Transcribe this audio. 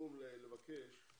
בסיכום אני אבקש